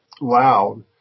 loud